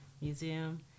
museum